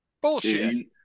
Bullshit